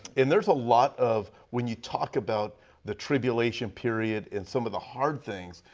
and there is a lot of when you talk about the tribulation period and some of the hard things,